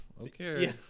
okay